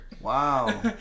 wow